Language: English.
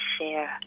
share